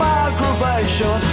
aggravation